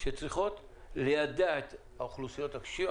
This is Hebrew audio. שצריכות ליידע את אוכלוסיית הקשישים,